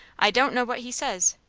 i don't know what he says,